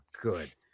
good